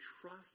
trust